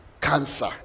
cancer